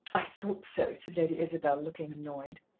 i thought so, said lady isabel, looking annoyed.